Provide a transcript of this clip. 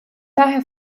daher